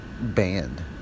band